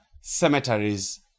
cemeteries